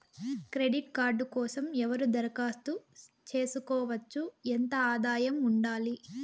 Credit card కోసం ఎవరు దరఖాస్తు చేసుకోవచ్చు? ఎంత ఆదాయం ఉండాలి?